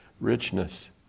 richness